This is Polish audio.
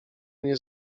nie